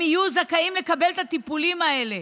הם יהיו זכאים לקבל את הטיפולים האלה,